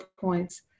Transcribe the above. points